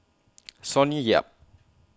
Sonny Yap